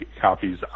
copies